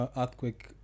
earthquake